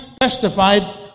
testified